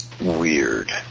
weird